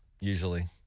usually